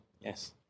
Yes